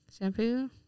Shampoo